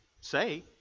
say